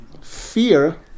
Fear